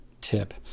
tip